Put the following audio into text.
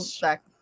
back